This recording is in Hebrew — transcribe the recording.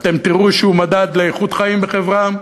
אתם תראו שהוא מדד לאיכות חיים בחברה,